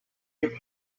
kept